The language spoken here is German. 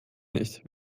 nicht